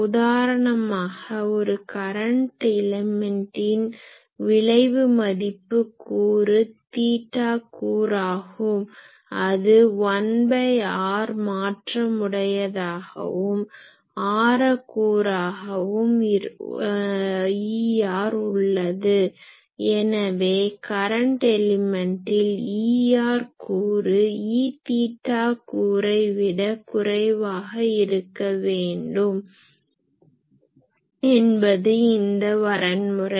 உதாரணமாக ஒரு கரன்ட் எலிமென்ட்டின் விழைவு மதிப்பு கூறு தீட்டா கூறாகும் அது 1r மாற்றம் உடையதாகவும் ஆர கூறாகவும் Er உள்ளது எனவே கரன்ட் எலிமென்ட்டில் Er கூறு Eθ கூறை விட குறைவாக இருக்க வேண்டும் என்பது இந்த வரன்முறை